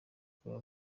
bukaba